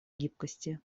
гибкости